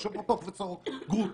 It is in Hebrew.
יושב פה פרופסור גרוטו,